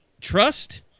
trust